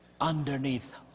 Underneath